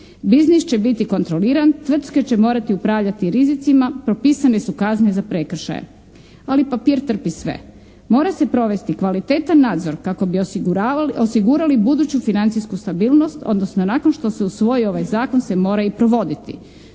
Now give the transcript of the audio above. Biznis će biti kontroliran, tvrtke će morati upravljati rizicima, propisane su kazne za prekršaje. Ali papir trpi sve. Mora se provesti kvaliteta nadzora kako bi osigurali buduću financijsku stabilnost, odnosno nakon što se usvoji ovaj zakon se mora i provoditi.